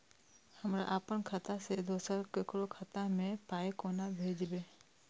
हमरा आपन खाता से दोसर ककरो खाता मे पाय कोना भेजबै?